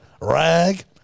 rag